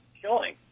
killing